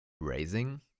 raising